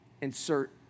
Insert